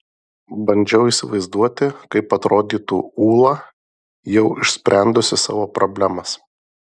bandžiau įsivaizduoti kaip atrodytų ūla jau išsprendusi savo problemas